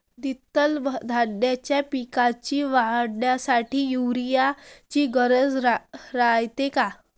द्विदल धान्याच्या पिकाच्या वाढीसाठी यूरिया ची गरज रायते का?